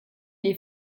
les